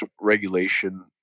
regulation